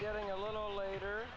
getting a little later